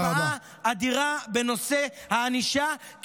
השפעה אדירה בנושא הענישה,